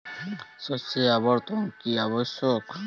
শস্যের আবর্তন কী আবশ্যক?